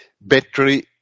battery